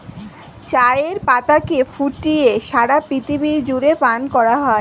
চায়ের পাতাকে ফুটিয়ে সারা পৃথিবী জুড়ে পান করা হয়